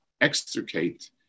extricate